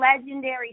legendary